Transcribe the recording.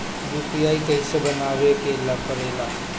UPI कइसे बनावे के परेला?